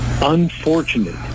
unfortunate